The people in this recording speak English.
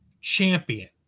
champion